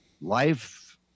life